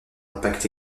impact